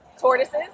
tortoises